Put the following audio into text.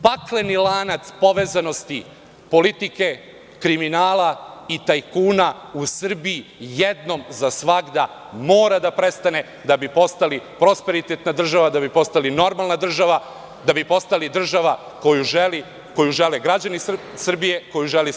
Pakleni lanac povezanosti politike, kriminala i tajkuna u Srbiji jednom za svagda mora da prestane, da bi postali prosperitetna država, da bi postali normalna država, da bi postali država koju žele građani Srbije, koju želi SNS.